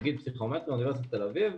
נגיד פסיכומטרי באוניברסיטת תל אביב,